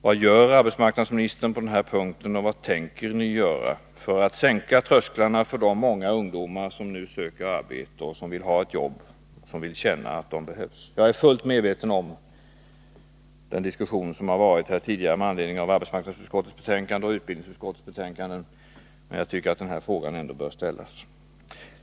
Vad gör arbetsmarknadsministern på den här punkten, och vad tänker ni göra för att sänka trösklarna för de många ungdomar som nu söker arbete och som vill ha ett jobb, som vill känna att de behövs? Jag är fullt medveten om den diskussion som varit här tidigare med anledning av arbetsmarknadsutskottets och utbildningsutskottets betänkanden, men jag tycker ändå att den här frågan bör ställas.